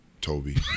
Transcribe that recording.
Toby